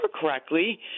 correctly